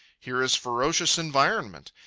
here is ferocious environment.